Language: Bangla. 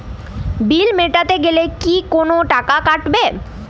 বিল মেটাতে গেলে কি কোনো টাকা কাটাবে?